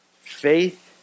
Faith